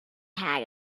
had